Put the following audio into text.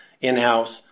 in-house